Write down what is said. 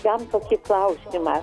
jam tokį klausimą